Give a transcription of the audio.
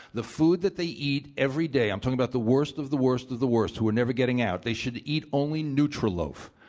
the food that they eat every day, i'm talking about the worst of the worst of the worst who are never getting out, they should eat only nutr aloaf,